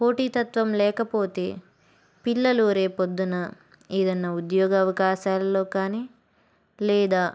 పోటీ తత్వం లేకపోతే పిల్లలు రేపొద్దున ఏదన్నా ఉద్యోగ అవకాశాలల్లో కానీ లేదా